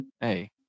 Hey